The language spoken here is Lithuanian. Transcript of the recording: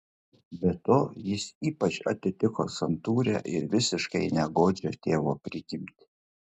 be to jis ypač atitiko santūrią ir visiškai negodžią tėvo prigimtį